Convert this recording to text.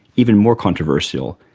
even more controversial,